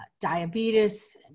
diabetes